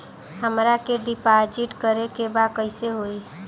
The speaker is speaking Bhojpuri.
हमरा के डिपाजिट करे के बा कईसे होई?